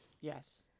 Yes